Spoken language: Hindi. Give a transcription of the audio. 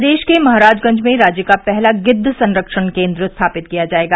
प्रदेश के महराजगंज में राज्य का पहला गिद्द संरक्षण केन्द्र स्थापित किया जायेगा